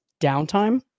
downtime